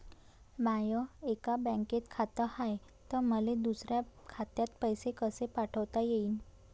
माय एका बँकेत खात हाय, त मले दुसऱ्या खात्यात पैसे कसे पाठवता येईन?